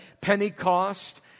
Pentecost